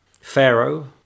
Pharaoh